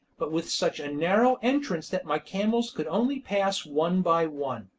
but with such a narrow entrance that my camels could only pass one by one.